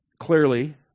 clearly